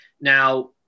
Now